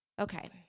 Okay